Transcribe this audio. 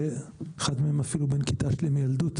אחד מהם אפילו בן כיתה שלי מילדות,